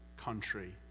country